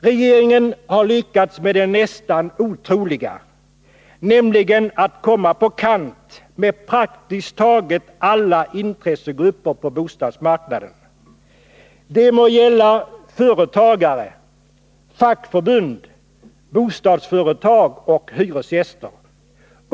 Regeringen har lyckats med det nästan otroliga — att komma på kant med praktiskt taget alla intressegrupper på bostadsmarknaden. Det må gälla företagare, fackförbund, bostadsföretag och hyresgäster.